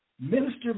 Minister